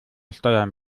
steuern